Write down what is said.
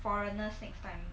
foreigners next time